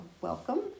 welcome